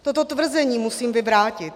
Toto tvrzení musím vyvrátit.